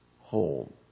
home